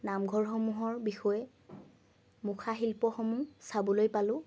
নামঘৰসমূহৰ বিষয়ে মুখাশিল্পসমূহ চাবলৈ পালোঁ